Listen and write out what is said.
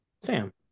Sam